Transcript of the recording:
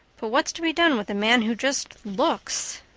but what's to be done with a man who just looks?